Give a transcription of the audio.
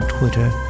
Twitter